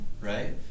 right